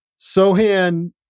Sohan